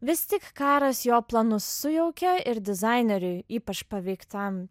vis tik karas jo planus sujaukė ir dizaineriui ypač paveiktam